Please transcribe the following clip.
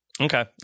Okay